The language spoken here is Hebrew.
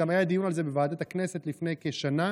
גם היה דיון על זה בוועדת הכנסת לפני כשנה,